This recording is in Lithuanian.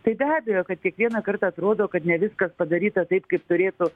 tai be abejo kad kiekvieną kartą atrodo kad ne viskas padaryta taip kaip turėtų